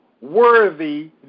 worthy